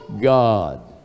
God